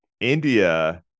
India